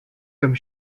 comme